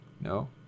no